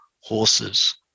horses